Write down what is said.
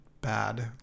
bad